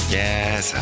yes